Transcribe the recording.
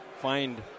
find